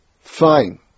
fine